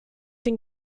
den